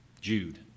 Jude